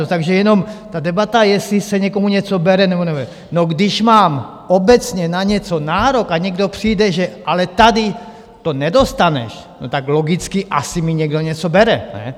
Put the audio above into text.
Takže jenom ta debata, jestli se někomu něco bere, nebo nebere: když mám obecně na něco nárok a někdo přijde, že ale tady to nedostaneš, tak logicky asi mi někdo něco bere, ne?